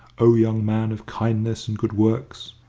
o young man of kindness and good works?